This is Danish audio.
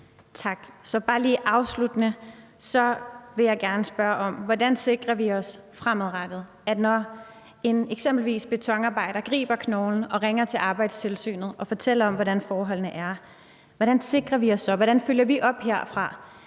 Tak. Afsluttende vil jeg gerne bare lige spørge: Hvordan sikrer vi os det fremadrettet, når eksempelvis en betonarbejder griber knoglen og ringer til Arbejdstilsynet og fortæller, hvordan forholdene er? Hvordan sikrer vi os så, og hvordan følger vi herfra